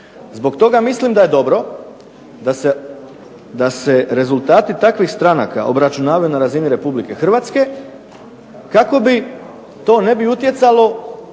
Zbog toga mislim da je dobro da se rezultati takvih stranaka obračunavaju na razini Republike Hrvatske, kako bi to ne bi utjecalo